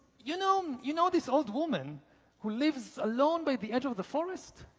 you know you know this old woman who lives alone by the edge of the forest?